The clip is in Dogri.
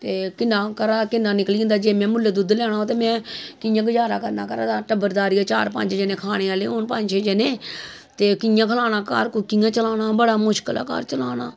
ते किन्ना ते घरा किन्ना निकली जंदा जे में मुल्लैं दुद्ध लैना होऐ ते कि'यां गज़ारा करना घरा दा टब्बरदारी ऐ चार पंज जने खाने आह्ले होन ते पंज छे जने ते कि'यां खलाना घर कि'यां चलाना बड़ा मुशकल ऐ घर चलाना